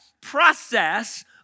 process